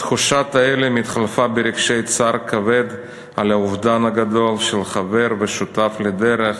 תחושת ההלם התחלפה ברגשי צער כבד על האובדן הגדול של חבר ושותף לדרך,